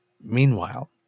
Meanwhile